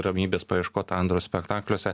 ramybės paieškot andros spektakliuose